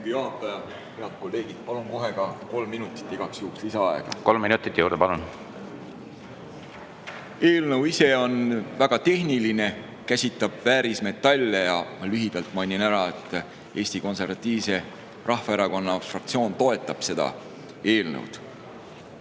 Eelnõu ise on väga tehniline ja käsitleb väärismetalle. Mainin ära, et Eesti Konservatiivse Rahvaerakonna fraktsioon toetab seda eelnõu.